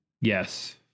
Yes